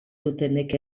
dutenek